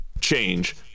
change